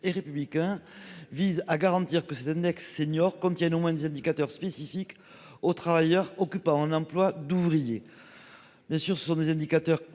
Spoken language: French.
et républicain vise à garantir que ces index seniors quand il y a néanmoins des indicateurs spécifiques aux travailleurs occupant un emploi d'ouvrier. Mais sur ce sont des indicateurs